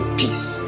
peace